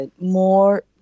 more